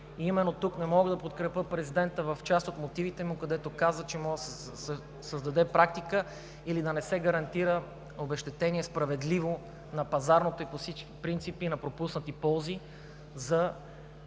Именно тук не мога да подкрепя Президента в част от мотивите му, където казва, че може да се създаде практика или да не се гарантира справедливо обезщетение на пазарните и всички принципи на пропуснати ползи за хората,